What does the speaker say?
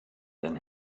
than